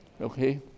okay